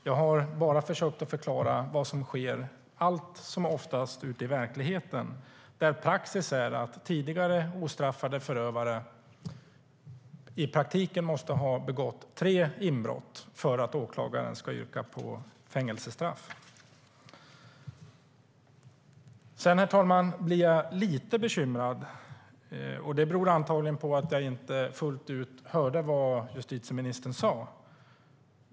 Jag har bara försökt att förklara vad som allt som oftast sker ute i verkligheten, där praxis är att tidigare ostraffade förövare i praktiken måste ha begått tre inbrott för att åklagaren ska yrka på fängelsestraff. Herr talman! Jag blir lite bekymrad, och det beror antagligen på att jag inte fullt ut hörde vad justitieministern sa.